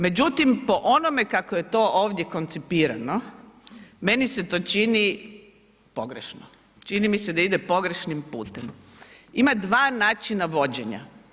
Međutim po onome kako je to ovdje koncipirano, meni se to čini pogrešno, čini mi se da ide pogrešnim putem. ima dva načina vođenja.